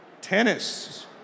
tennis